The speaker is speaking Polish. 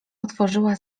otworzyła